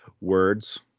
words